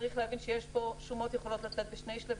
צריך להבין ששומות יכולות לצאת בשני שלבים.